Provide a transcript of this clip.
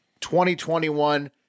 2021